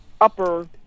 upper